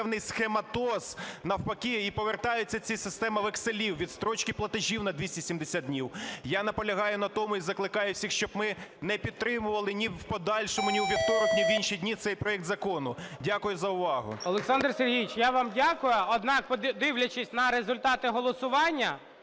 Олександр Сергійович, я вам дякую. Однак, дивлячись на результати голосування,